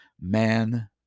Man